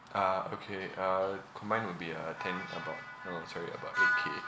ah okay uh combined would be uh ten about no sorry about eight K